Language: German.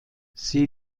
sie